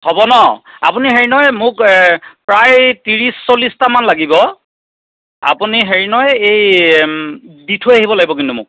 হ'ব ন আপুনি হেৰি নহয় মোক প্ৰায় ত্ৰিছ চল্লিছটামান লাগিব আপুনি হেৰি নহয় এই দি থৈ আহিব লাগিব কিন্তু মোক